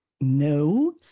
No